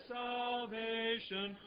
salvation